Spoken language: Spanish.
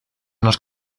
nos